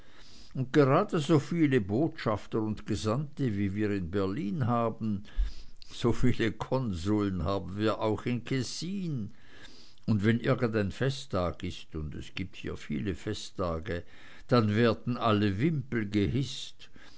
und gerade so viele botschafter und gesandte wie wir in berlin haben so viele konsuln haben wir auch in kessin und wenn irgendein festtag ist und es gibt hier viele festtage dann werden alle wimpel gehißt